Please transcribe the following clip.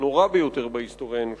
הנורא ביותר בהיסטוריה האנושית,